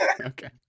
Okay